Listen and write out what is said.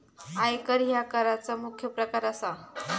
आयकर ह्या कराचा मुख्य प्रकार असा